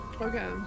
Okay